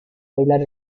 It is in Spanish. bailar